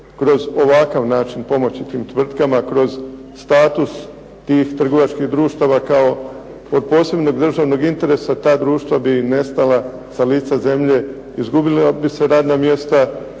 kroz ovakav način pomoći tim tvrtkama, kroz status tih trgovačkih društava kao od posebnog državnog interesa, ta društva bi nestala sa lica zemlje. Izgubila bi se radna mjesta,